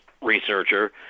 researcher